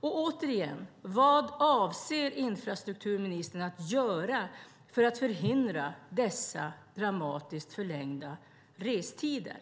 Och återigen: Vad avser infrastrukturministern att göra för att förhindra dessa dramatiskt förlängda restider?